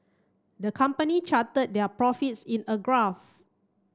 the company charted their profits in a graph